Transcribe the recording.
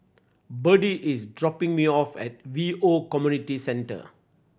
Birdie is dropping me off at Hwi Yoh Community Centre